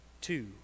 two